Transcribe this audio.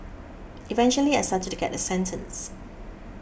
eventually I started to get a sentence